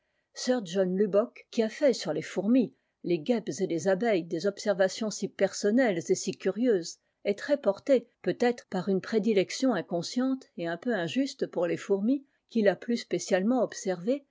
sir john lubbock qui a fait sur les fourmis les guêpes et les abeilles des obser valions si personnelles et si curieuses est très porté peut-être par une prédilection inconsciente et un peu injuste pour les fourmis qu'il a plus spécialement observées